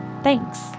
Thanks